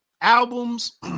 albums